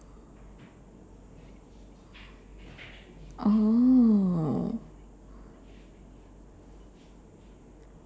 oh